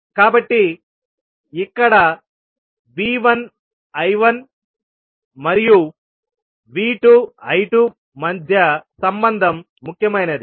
కాబట్టి ఇక్కడ V1 I1 మరియు V2 I2 మధ్య సంబంధం ముఖ్యమైనది